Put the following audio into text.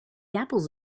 apples